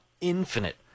infinite